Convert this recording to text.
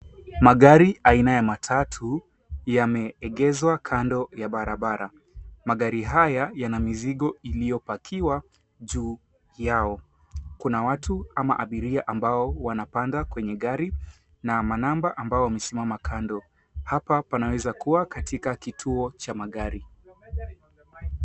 Magari aina ya matatu yameegeshwa kando ya barabara magari haya yana mizigo iliyopakiwa juu yao, kuna watu ama abiria ambao wanapanda kwenye gari na manamba ambao wamesimama kando ,hapa pana weza kuwa katika kituo cha magari.